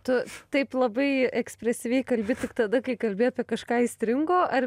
tu taip labai ekspresyviai kalbi tik tada kai kalbi apie kažką aistringo ar